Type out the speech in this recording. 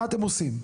מה אתם עושים?